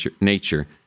nature